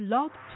Love